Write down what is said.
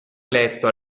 eletto